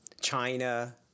China